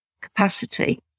capacity